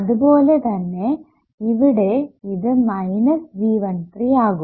അതുപോലെതന്നെ ഇവിടെ ഇത് മൈനസ് G13 ആകും